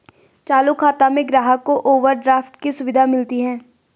चालू खाता में ग्राहक को ओवरड्राफ्ट की सुविधा मिलती है